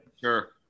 sure